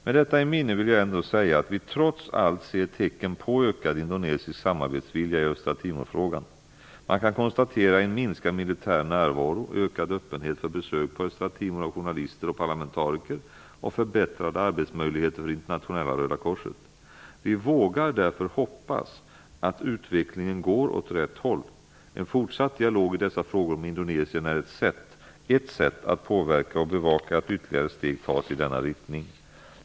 Med detta i minnet vill jag ändå säga att vi trots allt ser tecken på ökad indonesisk samarbetsvilja i Östra Timor-frågan. Man kan konstatera en minskad militär närvaro, ökad öppenhet för besök på Östra Timor av journalister och parlamentariker samt förbättrade arbetsmöjligheter för Internationella röda korset. Vi vågar därför hoppas att utvecklingen går åt rätt håll. En fortsatt dialog i dessa frågor med Indonesien är ett sätt att påverka och bevaka att ytterligare steg tas i denna riktning.